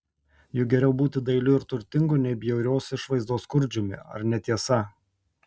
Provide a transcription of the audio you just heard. juk geriau būti dailiu ir turtingu nei bjaurios išvaizdos skurdžiumi ar ne tiesa